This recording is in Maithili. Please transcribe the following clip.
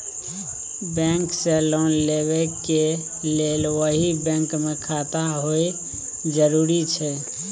बैंक से लोन लेबै के लेल वही बैंक मे खाता होय जरुरी छै?